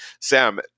Sam